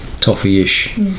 toffee-ish